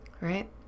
Right